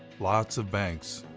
lots of banks.